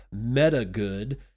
MetaGood